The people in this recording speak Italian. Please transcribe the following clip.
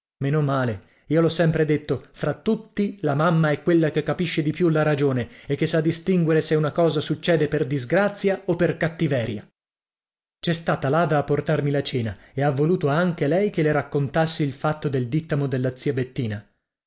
male io l'ho sempre detto fra tutti la mamma è quella che capisce di più la ragione e che sa distinguere se una cosa succede per disgrazia o per cattiveria c'è stata l'ada a portarmi la cena e ha voluto anche lei che le raccontassi il fatto del dìttamo della zia bettina